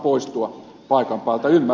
ymmärrän hyvin syyn